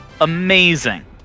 amazing